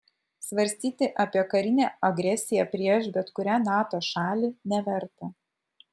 svarstyti apie karinę agresiją prieš bet kurią nato šalį neverta